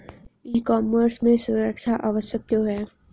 ई commerce में सुरक्षा आवश्यक क्यों है?